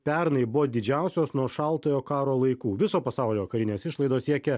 pernai buvo didžiausios nuo šaltojo karo laikų viso pasaulio karinės išlaidos siekia